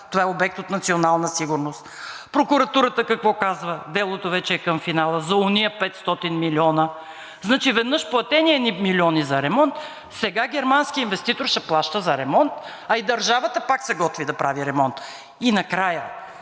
това е обект от национална сигурност? Прокуратурата какво казва? Делото вече е към финала за онези 500 милиона. Значи, веднъж платени едни милиони за ремонт, сега германският инвеститор ще плаща за ремонт, а и държавата пак се готви да прави ремонт?! Накрая,